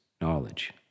knowledge